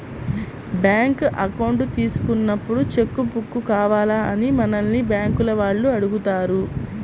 bank account తీసుకున్నప్పుడే cheque book కావాలా అని మనల్ని బ్యేంకుల వాళ్ళు అడుగుతారు